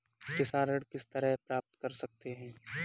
किसान ऋण किस तरह प्राप्त कर सकते हैं?